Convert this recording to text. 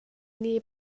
nih